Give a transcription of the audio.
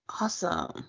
Awesome